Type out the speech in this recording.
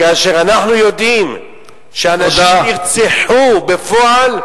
כאשר אנחנו יודעים שאנשים שנרצחו בפועל,